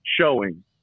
showing